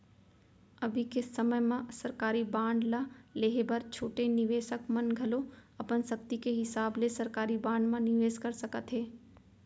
अभी के समे म सरकारी बांड ल लेहे बर छोटे निवेसक मन घलौ अपन सक्ति के हिसाब ले सरकारी बांड म निवेस कर सकत हें